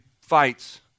fights